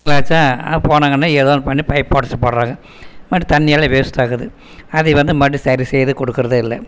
ஆச்சா போனாங்கன்னா ஏதோ ஒன்று பண்ணி பைப்பை உடச்சி விடுறாங்க மறுபடி தண்ணி எல்லாம் வேஸ்ட் ஆகுது அதை வந்து மறுபடி சரி செய்து கொடுக்குறதே இல்லை